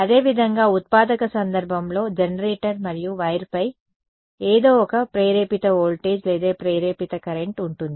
అదేవిధంగా ఉత్పాదక సందర్భంలో జనరేటర్ మరియు వైర్పై ఏదో ఒక ప్రేరేపిత వోల్టేజ్ లేదా ప్రేరేపిత కరెంట్ ఉంటుంది